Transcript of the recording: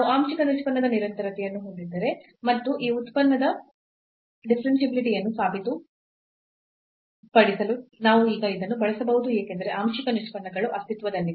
ನಾವು ಆಂಶಿಕ ನಿಷ್ಪನ್ನದ ನಿರಂತರತೆಯನ್ನು ಹೊಂದಿದ್ದೇವೆ ಮತ್ತು ಈ ಉತ್ಪನ್ನದ ಡಿಫರೆನ್ಷಿಯಾಬಿಲಿಟಿ ಯನ್ನು ಸಾಬೀತುಪಡಿಸಲು ನಾವು ಈಗ ಇದನ್ನು ಬಳಸಬಹುದು ಏಕೆಂದರೆ ಆಂಶಿಕ ನಿಷ್ಪನ್ನಗಳು ಅಸ್ತಿತ್ವದಲ್ಲಿವೆ